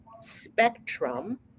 spectrum